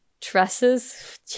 tresses